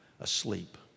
Asleep